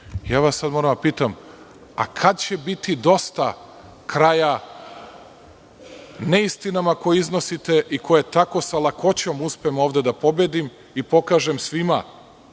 Moram sada da vas pitam – a kad će biti dosta kraja neistinama koje iznosite i koje tako sa lakoćom uspem ovde da pobedim i pokažem svima